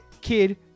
Kid